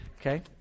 Okay